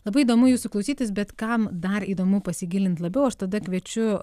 labai įdomu jūsų klausytis bet kam dar įdomu pasigilint labiau aš tada kviečiu